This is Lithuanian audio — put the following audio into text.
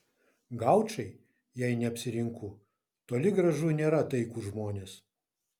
gaučai jei neapsirinku toli gražu nėra taikūs žmonės